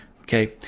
Okay